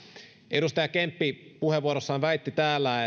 edustaja kemppi puheenvuorossaan väitti täällä